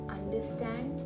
understand